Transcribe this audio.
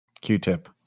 Q-tip